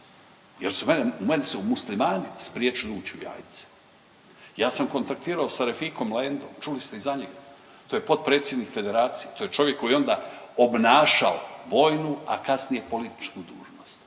jer su mene Muslimani spriječili ući u Jajce. Ja sam kontaktirao sa Refikom Lendom, čuli ste i za njega. To je potpredsjednik Federacije, to je čovjek koji je onda obnašao vojnu, a kasnije političku dužnost,